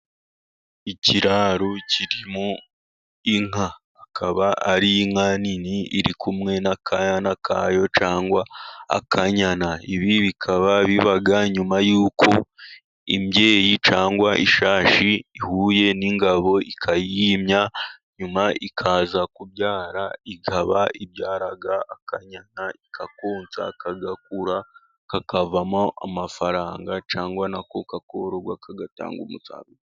Ikiraro kirimo inka, akaba ari inka nini iri kumwe n'akana kayo cyangwa akanyana. Ibi bikaba biba nyuma y'uko imbyeyi cyangwa ishashi ihuye n'ingabo ikayimya, nyuma ikaza kubyara. Ikaba ibyara akanyana ikakonsa kagakura kakavamo amafaranga, cyangwa n'ako kakororwa kagatanga umusaruro.